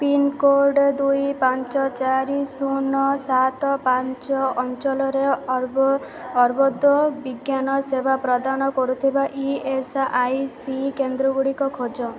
pincode ଦୁଇ ପାଞ୍ଚ ଚାରି ଶୂନ ସାତ ପାଞ୍ଚ ଅଞ୍ଚଳରେ ଅର୍ବୁଦବିଜ୍ଞାନ ସେବା ପ୍ରଦାନ କରୁଥିବା ଇ ଏସ୍ ଆଇ ସି କେନ୍ଦ୍ରଗୁଡ଼ିକ ଖୋଜ